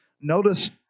Notice